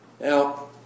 Now